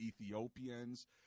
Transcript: Ethiopians